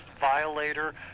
violator